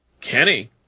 Kenny